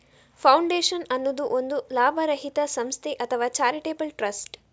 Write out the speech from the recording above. foundation ಅನ್ನುದು ಒಂದು ಲಾಭರಹಿತ ಸಂಸ್ಥೆ ಅಥವಾ ಚಾರಿಟೇಬಲ್ ಟ್ರಸ್ಟ್